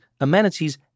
amenities